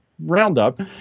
Roundup